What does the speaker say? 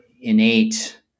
innate